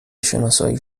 شناسایی